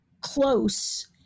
close